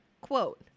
quote